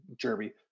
Derby